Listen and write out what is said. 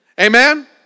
Amen